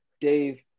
Dave